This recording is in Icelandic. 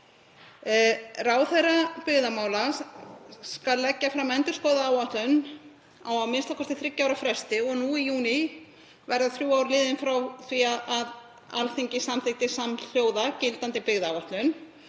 Ráðherra byggðamála skal leggja fram endurskoðaða áætlun á a.m.k. þriggja ára fresti og nú í júní verða þrjú ár liðin frá því að Alþingi samþykkti samhljóða gildandi byggðaáætlun.